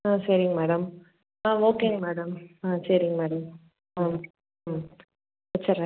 ஆ சரிங்க மேடம் ஆ ஓகேங்க மேடம் ஆ சரிங்க மேடம் ஆ ம் வச்சுட்றேன்